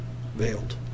veiled